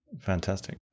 Fantastic